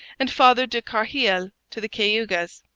and father de carheil to the cayugas.